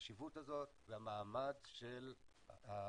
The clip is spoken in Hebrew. החשיבות הזאת והמעמד של הטכנולוגיה,